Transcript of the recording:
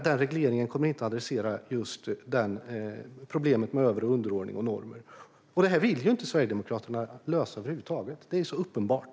Den regleringen kommer inte att adressera problemet med över och underordning och normer. Dessa frågor vill Sverigedemokraterna över huvud taget inte lösa. Det är så uppenbart.